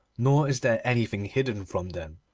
nor is there anything hidden from them.